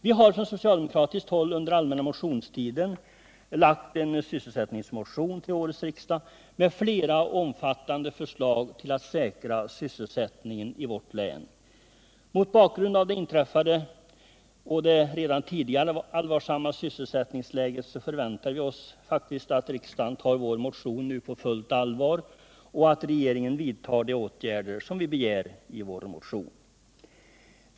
Vi har från socialdemokratiskt håll under allmänna motionstiden lagt fram en motion till årets riksdag med flera och omfattande förslag till att säkra sysselsättningen i vårt län. Mot bakgrund av det inträffande och det redan tidigare allvarliga sysselsättningsläget förväntar vi oss faktiskt att riksdagen tar vår motion på allvar och att regeringen vidtar de åtgärder vi begär i vår motion.